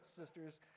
sisters